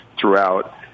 throughout